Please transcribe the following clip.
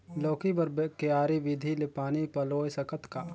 लौकी बर क्यारी विधि ले पानी पलोय सकत का?